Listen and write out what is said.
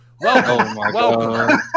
Welcome